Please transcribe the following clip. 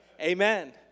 Amen